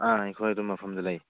ꯑꯥ ꯑꯩꯈꯣꯏ ꯑꯗꯨꯝ ꯃꯐꯝꯗ ꯂꯩ